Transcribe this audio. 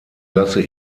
lasse